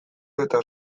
eta